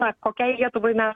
na kokiai lietuvai mes